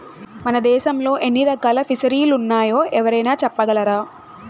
మన దేశంలో ఎన్ని రకాల ఫిసరీలున్నాయో ఎవరైనా చెప్పగలరా